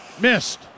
Missed